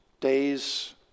days